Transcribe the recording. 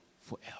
forever